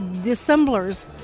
dissemblers